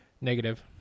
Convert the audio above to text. Negative